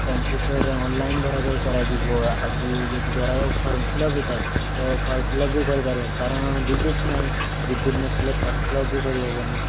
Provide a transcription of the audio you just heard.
କମ୍ପୁଟର୍ରେ online ଧରାଯାଉ କରାଯିବ ଆଜି ଯଦି ଧରାଯାଉ ଫର୍ମ ଫିଲ୍ଅପ୍ ବି ଥାଏ ତ ଫର୍ମ୍ ଫିଲ୍ଅପ୍ ବି କରିପାରିବୁନି କାରଣ ବିଦ୍ୟୁତ୍ ନାହିଁ ବିଦ୍ୟୁତ୍ ନଥିଲେ ଫର୍ମ୍ ଫିଲ୍ଅପ୍ ବି କରିହେବନି